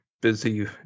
busy